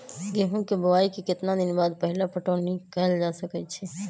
गेंहू के बोआई के केतना दिन बाद पहिला पटौनी कैल जा सकैछि?